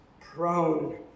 Prone